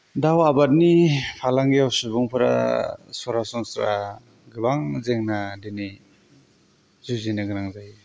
दाव आबादनि फालांगियाव सुबुंफोरा सरासनस्रा गोबां जेंना बिदिनो जुजिनो गोनां जायो